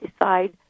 decide